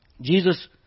Jesus